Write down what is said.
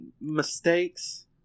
mistakes